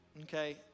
okay